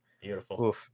beautiful